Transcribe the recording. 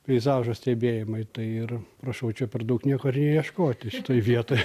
peizažo stebėjimai tai ir prašau čia per daug nieko ir neieškoti šitoj vietoj